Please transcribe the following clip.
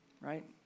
right